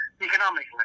economically